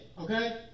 Okay